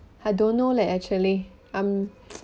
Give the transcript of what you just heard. I don't know leh actually um